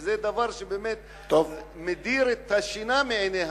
וזה דבר שבאמת מדיר את השינה מעיני האנשים.